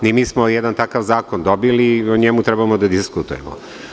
Mi smo jedan takav zakon dobili i o njemu treba da diskutujemo.